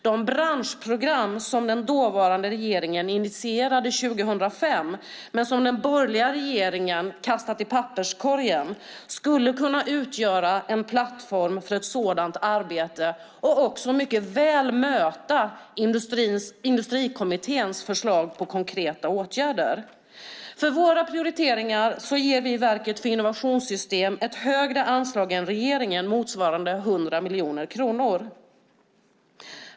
De branschprogram som den dåvarande regeringen initierade 2005, men som den borgerliga regeringen kastat i papperskorgen, skulle kunna utgöra en plattform för ett sådant arbete och mycket väl möta Industrikommitténs förslag på konkreta åtgärder. För våra prioriteringar ger vi Verket för innovationssystem ett högre anslag än regeringen, motsvarande 100 miljoner kronor.